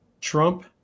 Trump